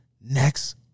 next